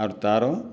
ଆର୍ ତାର